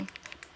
mm